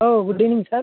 good evening sir